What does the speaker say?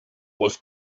was